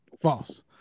False